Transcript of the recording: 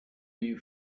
you